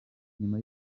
nyuma